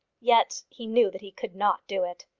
yet he knew that he could not do it.